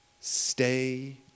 Stay